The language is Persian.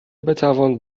بتوان